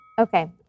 Okay